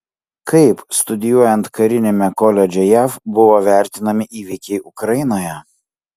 kaip studijuojant kariniame koledže jav buvo vertinami įvykiai ukrainoje